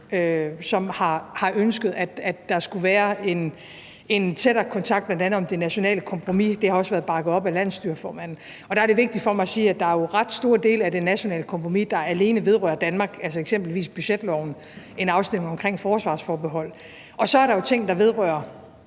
som har ønsket, at der skulle være en tættere kontakt bl.a. om det nationale kompromis. Det har også været bakket op af landsstyreformanden. Der er det vigtigt for mig at sige, at der jo er ret store dele af det nationale kompromis, der alene vedrører Danmark, altså eksempelvis budgetloven og en afstemning omkring forsvarsforbeholdet. Og så er der jo ting, der vedrører